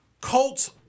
Colts